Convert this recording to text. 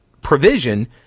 provision